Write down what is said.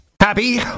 Happy